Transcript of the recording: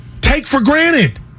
Take-for-Granted